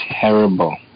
terrible